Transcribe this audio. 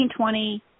1920